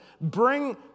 Bring